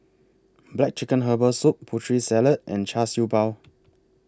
Black Chicken Herbal Soup Putri Salad and Char Siew Bao